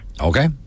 Okay